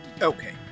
Okay